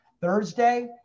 Thursday